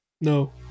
No